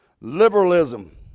Liberalism